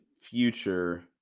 future